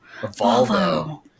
Volvo